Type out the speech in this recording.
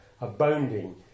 Abounding